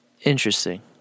Interesting